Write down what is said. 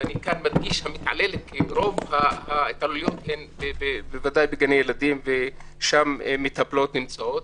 רוב ההתעללויות הן בוודאי בגני ילדים ושם נמצאות מטפלות